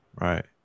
right